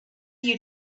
you